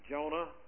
Jonah